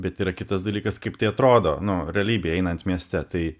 bet yra kitas dalykas kaip tai atrodo nu realybėj einant mieste tai